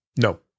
No